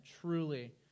truly